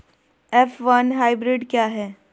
F one hybrid क्या है?